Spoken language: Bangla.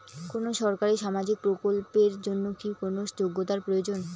কোনো সরকারি সামাজিক প্রকল্পের জন্য কি কোনো যোগ্যতার প্রয়োজন?